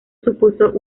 supuso